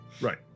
Right